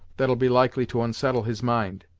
that'll be likely to unsettle his mind.